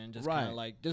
Right